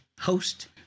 host